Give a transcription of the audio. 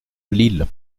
lille